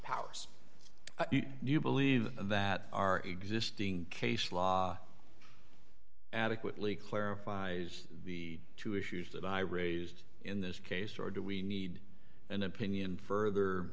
powers do you believe that our existing case law adequately clarifies the two issues that i raised in this case or do we need an opinion further